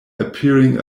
appearing